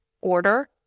order